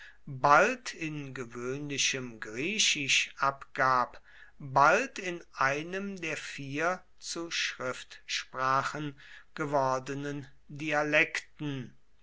bald in gewöhnlichem griechisch abgab bald in einem der vier zu schriftsprachen gewordenen dialekte